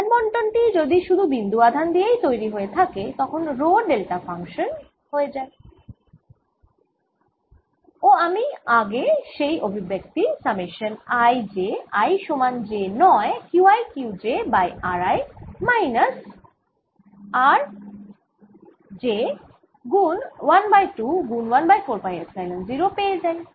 আধান বন্টন টি যদি শুধু বিন্দু আধান দিয়েই তৈরি হয়ে থাকে তখন রো ডেল্টা ফাংশান হয়ে যায় ও আমি সেই আগের অভিব্যক্তি সামেশান i j i সমান j নয় Q i Q j by r i minus r j গুন 1 বাই 2 গুন 1 বাই 4 পাই এপসাইলন 0 পেয়ে যাই